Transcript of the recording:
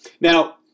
Now